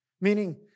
meaning